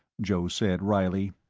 joe said wryly.